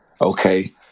okay